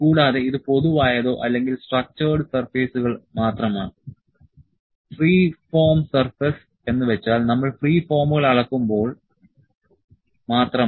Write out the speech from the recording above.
കൂടാതെ ഇത് പൊതുവായതോ അല്ലെങ്കിൽ സ്ട്രക്ചേഡ് സർഫേസുകൾ മാത്രമാണ് ഫ്രീ ഫോം സർഫേസ് എന്ന് വെച്ചാൽ നമ്മൾ ഫ്രീ ഫോമുകൾ അളക്കുമ്പോൾ മാത്രമാണ്